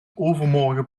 overmorgen